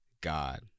God